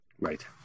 right